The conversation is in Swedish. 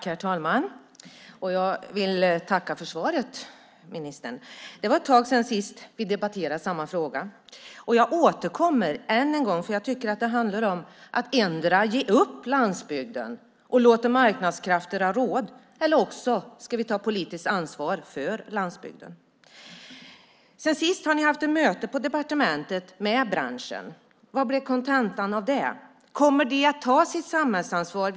Herr talman! Jag vill tacka ministern för svaret. Det var ett tag sedan vi debatterade samma fråga. Jag återkommer än en gång för det handlar om att antingen ge upp landsbygden och låta marknadskrafterna råda eller också ta politiskt ansvar för landsbygden. Sedan sist har ni på departementet haft ett möte med branschen. Vad blev kontentan av det? Kommer branschen att ta sitt samhällsansvar?